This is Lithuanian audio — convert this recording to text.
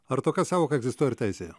ar tokia sąvoka egzistuoja ir teisėje